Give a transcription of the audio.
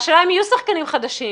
השאלה אם יהיו שחקנים חדשים.